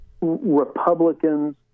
Republicans